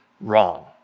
wrong